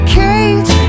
cage